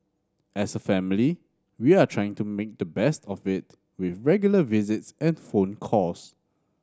as a family we are trying to make the best of it with regular visits and phone calls